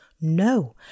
No